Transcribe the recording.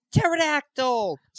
Pterodactyl